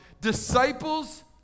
Disciples